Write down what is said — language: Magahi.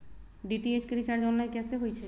डी.टी.एच के रिचार्ज ऑनलाइन कैसे होईछई?